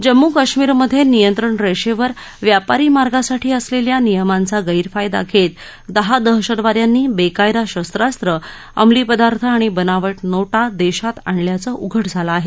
जम्मू कश्मिरमध्ये नियंत्रण रेषेवर व्यापारी मार्गासाठी असलेल्या नियमांचा गरुफायदा घेत दहा दहशतवाद्यांनी बेकायदा शस्त्रासं अमली पदार्थ आणि बनावट नोटा देशात आणल्याचं उघड झालं आहे